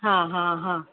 हा हा हा